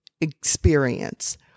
experience